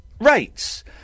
Rates